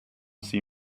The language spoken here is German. sie